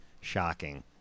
shocking